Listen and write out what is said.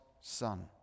Son